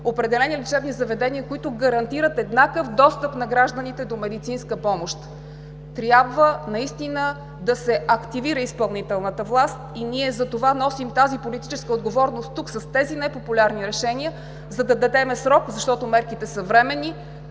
определени лечебни заведения, които гарантират еднакъв достъп на гражданите до медицинска помощ. Трябва наистина да се активира изпълнителната власт и ние затова носим тази политическа отговорност тук с тези непопулярни решения, за да дадем срок, защото мерките са временни,